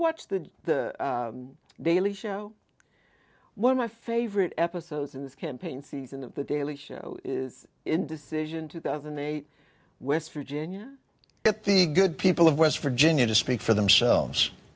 watch the daily show one of my favorite episodes in this campaign season of the daily show is indecision two thousand and eight west virginia at the good people of west virginia to speak for themselves